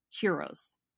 heroes